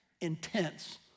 intense